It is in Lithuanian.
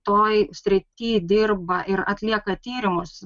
toj srity dirba ir atlieka tyrimus